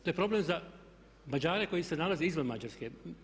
To je problem za Mađare koji se nalaze izvan Mađarske.